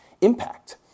impact